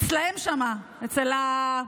אצלם שם, אצל,